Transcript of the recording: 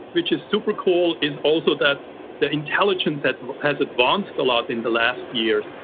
which is super cool, is also that the intelligence that has advanced a lot in the last years,